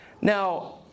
Now